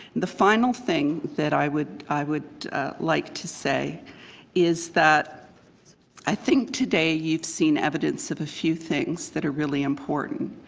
the final thing that i would i would like to say is that i think today you've seen evidence of a few things that are really important.